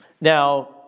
Now